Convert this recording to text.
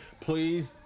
Please